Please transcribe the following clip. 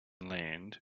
land